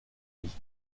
lit